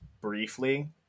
briefly